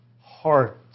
heart